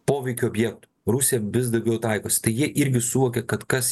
poveikio vietų rusija vis daugiau taikosi tai jie irgi suvokė kad kas